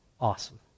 awesome